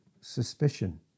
suspicion